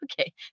okay